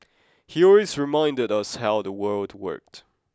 he always reminded us how the world worked